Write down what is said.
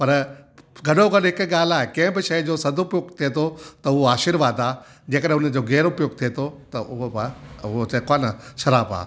पर गॾो गॾु हिकु ॻाल्हि आहे कंहिं बि शइ जो सदुपयोगु थिए थो त उहो आशीर्वाद आहे जेकॾहिं हुनजो गैर उपयोगु थिए थो त उहो बि उहो जेको आहे न श्रापु आहे